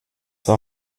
war